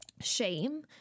shame